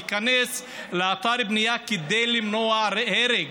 להיכנס לאתר בנייה כדי למנוע הרג.